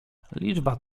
liczba